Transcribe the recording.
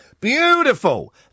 Beautiful